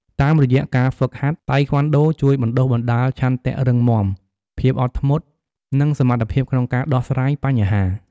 តាមរយៈការហ្វឹកហាត់ តៃក្វាន់ដូជួយបណ្តុះបណ្តាលឆន្ទៈរឹងមាំ ភាពអត់ធ្មត់ និងសមត្ថភាពក្នុងការដោះស្រាយបញ្ហា។